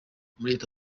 leta